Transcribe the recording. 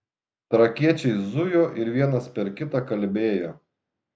trakiečiai zujo ir vienas per kitą kalbėjo